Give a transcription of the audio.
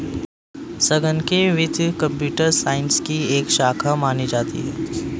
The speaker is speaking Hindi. संगणकीय वित्त कम्प्यूटर साइंस की एक शाखा मानी जाती है